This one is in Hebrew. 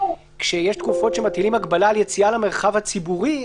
כשיש תקופות שמטילים הגבלה על יציאה למרחב הציבורי,